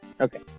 Okay